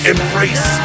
Embrace